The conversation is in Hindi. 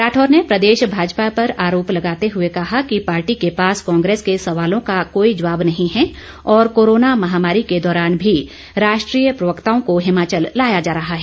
राठौर ने प्रदेश भाजपा पर आरोप लगाते हुए कहा कि पार्टी के पास कांग्रेस के सवालों का कोई जवाब नहीं है और कोरोना महामारी के दौरान भी राष्ट्रीय प्रवक्ताओं को हिमाचल लाया जा रहा है